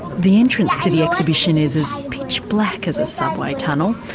the entrance to the exhibition is as pitch black as a subway tunnel.